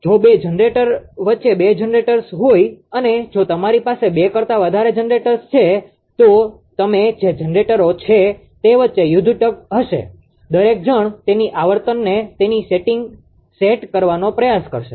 જો બે જનરેટર વચ્ચે બે જનરેટર્સ હોય અને જો તમારી પાસે બે કરતા વધારે જનરેટર્સ છે તો તમે જે જનરેટરો છે તે વચ્ચે યુધ્ધ ટગ હશે દરેક જણ તેની આવર્તનને તેની સેટિંગ સેટ કરવાનો પ્રયાસ કરશે